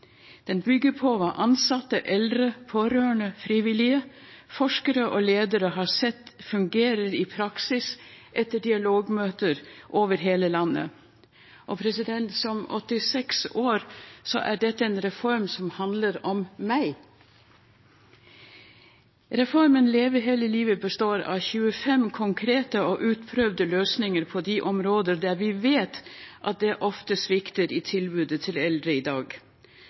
Den bygger på hva ansatte, eldre, pårørende, frivillige, forskere og ledere har sett fungere i praksis etter dialogmøter over hele landet. For meg, som er 86 år, er dette en reform som handler om meg. Reformen Leve hele livet består av 25 konkrete og utprøvde løsninger på de områdene vi vet at det ofte svikter i tilbudet til eldre i dag.